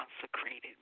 consecrated